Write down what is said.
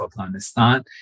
Afghanistan